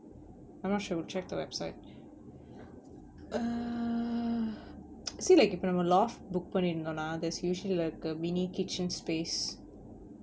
I'm not sure will check the website err see like இப்ப நம்ம:ippa namma loft book பண்ணியிருந்தோனா:panniyirunthonaa there's usually like a mini kitchen space